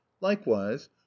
likewise